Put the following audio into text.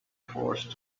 forced